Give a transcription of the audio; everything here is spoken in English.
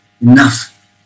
enough